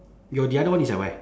your the other one is at where